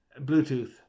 Bluetooth